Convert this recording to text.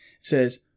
says